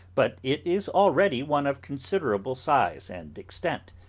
but it is already one of considerable size and extent,